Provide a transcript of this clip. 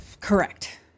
correct